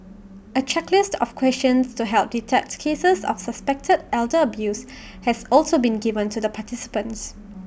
A checklist of questions to help detect cases of suspected elder abuse has also been given to the participants